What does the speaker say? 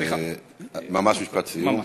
ממש משפט סיום.